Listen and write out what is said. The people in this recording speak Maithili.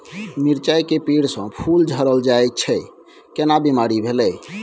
मिर्चाय के पेड़ स फूल झरल जाय छै केना बीमारी भेलई?